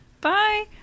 bye